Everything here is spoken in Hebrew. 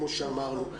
כמו שאמרנו.